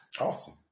Awesome